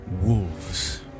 Wolves